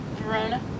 Verona